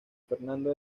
fernando